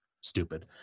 stupid